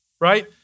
right